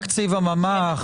תקציב הממ"ח.